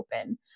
open